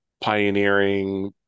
pioneering